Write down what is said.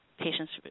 patients